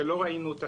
שלא ראינו אותה,